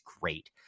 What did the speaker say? great